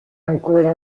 ancora